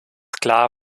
klar